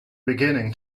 beginning